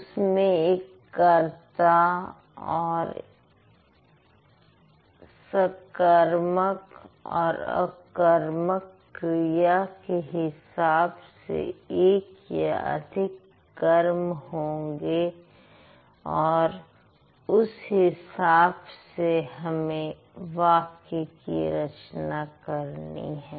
उसमें एक कर्ता और सकर्मक और अकर्मक क्रिया के हिसाब से एक या अधिक कर्म होंगे और उस हिसाब से हमें वाक्य की रचना करनी है